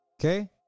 Okay